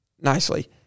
nicely